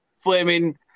flaming